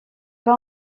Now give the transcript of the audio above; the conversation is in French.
pas